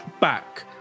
back